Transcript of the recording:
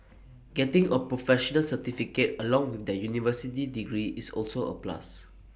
getting A professional certificate along with their university degree is also A plus